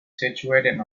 situated